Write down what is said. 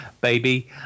baby